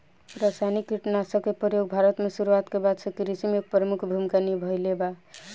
रासायनिक कीटनाशक के प्रयोग भारत में शुरुआत के बाद से कृषि में एक प्रमुख भूमिका निभाइले बा